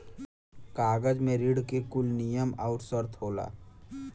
कागज मे ऋण के कुल नियम आउर सर्त होला